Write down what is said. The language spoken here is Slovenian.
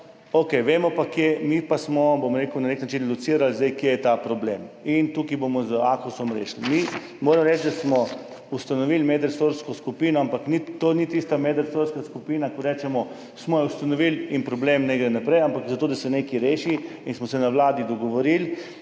vemo pa, da smo mi na nek način zdaj locirali, kje je ta problem in tukaj bomo rešili z AKOS. Moram reči, da smo ustanovili medresorsko skupino, ampak to ni tista medresorska skupina, ko rečemo, smo jo ustanovili in problem naj gre naprej, ampak za to, da se nekaj reši, in smo se na vladi dogovorili,